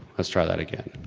let's try that again.